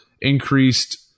increased